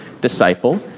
disciple